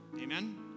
Amen